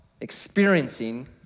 experiencing